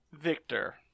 Victor